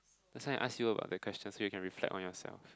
that's why I ask you about the question so you can reflect on yourself